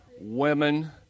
women